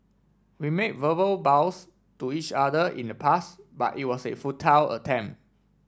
we made verbal vows to each other in the past but it was a futile attempt